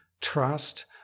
trust